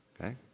okay